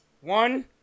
One